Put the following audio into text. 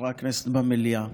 חברי הכנסת במליאה,